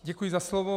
Děkuji za slovo.